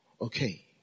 Okay